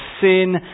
sin